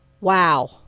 Wow